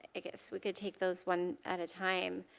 i guess we could take those one at a time.